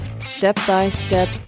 step-by-step